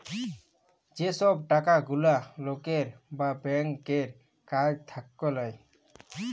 যে সব টাকা গুলা লকের বা ব্যাংকের কাছ থাক্যে লায়